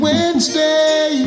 Wednesday